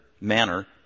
manner